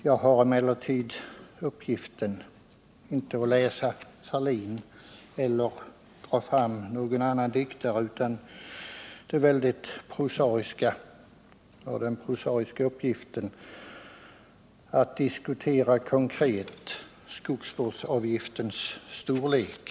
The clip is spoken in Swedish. Jag skall emellertid inte här citera vare sig Ferlin eller någon annan diktare utan har endast den prosaiska uppgiften att konkret diskutera skogsvårdsavgiftens storlek.